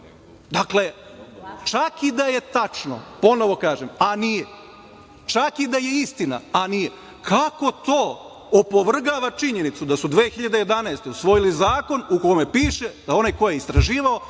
drugim? Dakle, čak i da je tačno, ponovo kažem, a nije, čak i da je istina, a nije, kako to opovrgava činjenicu da su 2011. godine usvojili zakon u kome piše da onaj ko je istraživao